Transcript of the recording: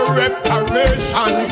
reparation